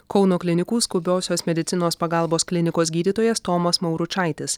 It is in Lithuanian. kauno klinikų skubiosios medicinos pagalbos klinikos gydytojas tomas mauručaitis